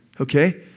okay